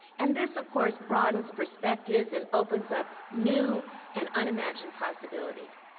and this of course broadens perspectives and opens up new and unimagined possibilities.